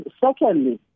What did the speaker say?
secondly